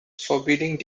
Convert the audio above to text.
forbidding